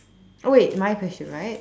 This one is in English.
oh wait my question right